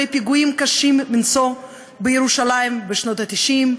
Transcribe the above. פיגועים קשים מנשוא בירושלים בשנות ה-90,